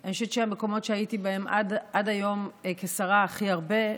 אני חושבת שהמקומות שהייתי בהם עד היום כשרה הכי הרבה,